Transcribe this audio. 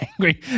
angry